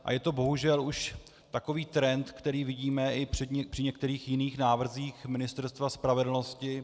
A je to bohužel už takový trend, který vidíme i při některých jiných návrzích Ministerstva spravedlnosti.